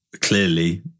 clearly